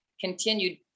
continued